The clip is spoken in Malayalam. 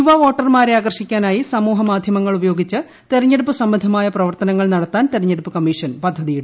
യുവ വോട്ടർമാരെ ആകർഷിക്കാനായി സമൂഹമാധൃമങ്ങൾ ഉപയോഗിച്ച് തെരഞ്ഞെടുപ്പ് സംബന്ധമായ്ട പ്രവർത്തനങ്ങൾ നടത്താനും തെരഞ്ഞെടുപ്പ് കമ്മീഷൻ പദ്ധതിയിടുന്നു